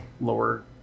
lower